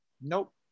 Nope